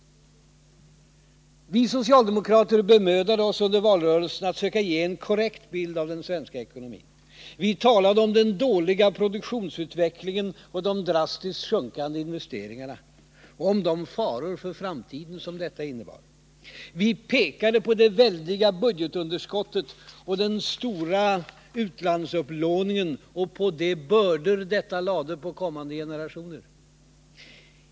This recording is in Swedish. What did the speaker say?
Vi socialdemokrater bemödade oss under valrörelsen att söka ge en korrekt bild av den svenska ekonomin. Vi talade om den dåliga produktionsutvecklingen och de drastiskt sjunkande investeringarna och om de faror för framtiden som detta innebar. Vi pekade på det väldiga budgetunderskottet och den stora utlandsupplåningen och på de bördor som detta lade på kommande generationer.